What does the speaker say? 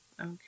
Okay